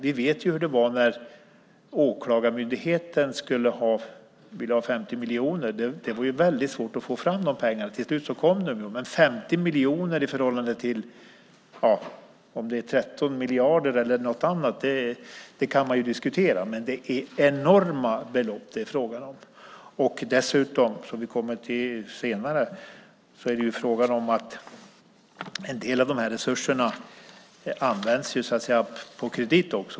Vi vet hur det var när Åklagarmyndigheten ville ha 50 miljoner. Det var svårt att få fram de pengarna, men till slut kom de. Då var det alltså 50 miljoner i förhållande till 13 miljarder - man kan diskutera hur mycket det är, men det är enorma belopp det är fråga om. Som vi kommer till senare handlar det också om att en del av de här resurserna används på kredit.